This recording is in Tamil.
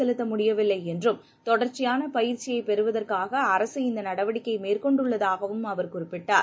செலுத்தமுடியவில்லைஎன்றும் தொடர்ச்சியானபயிற்சியைப் பெறுவதற்காகஅரசு இந்தநடவடிக்கைமேற்கொண்டதாகவும் அவர் குறிப்பிட்டார்